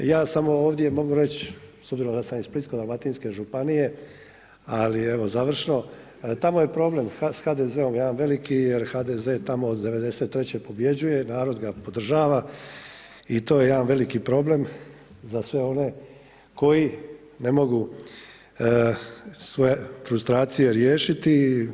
Ja samo ovdje mogu reći s obzirom da sam iz Splitsko-dalmatinske županije ali evo završno, tamo je problem s HDZ-om jedan veliki je HDZ-e tamo od 93. pobjeđuje, narod ga podržava i to je jedan veliki problem za sve one koji ne mogu svoje frustracije riješiti.